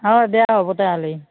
অঁ দিয়া হ'ব তাহ'লি